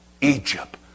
Egypt